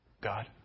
God